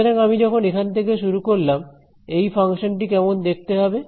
সুতরাং আমি যখন এখান থেকে শুরু করলাম এই ফাংশনটি কেমন দেখতে হবে